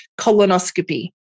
colonoscopy